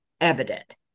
evident